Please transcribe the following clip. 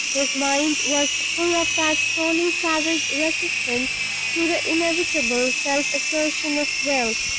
his mind was full of that sourly savage resistance to the inevitable self-assertion of wealth,